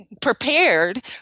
prepared